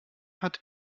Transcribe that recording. hat